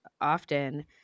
often